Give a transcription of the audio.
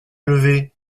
levé